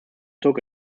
took